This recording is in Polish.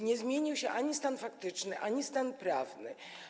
Nie zmienił się ani stan faktyczny, ani stan prawny.